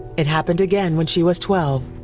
it happened again when she was twelve.